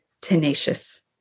tenacious